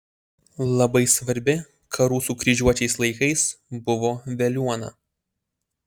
labai svarbi karų su kryžiuočiais laikais buvo veliuona